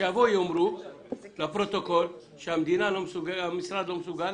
שיבואו ויאמרו לפרוטוקול שהמשרד לא מסוגל